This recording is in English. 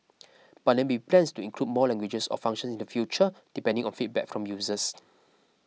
but there may be plans to include more languages or functions in the future depending on feedback from users